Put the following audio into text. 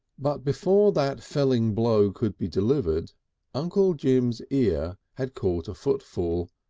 but before that felling blow could be delivered uncle jim's ear had caught a footfall,